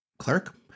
Clerk